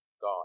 God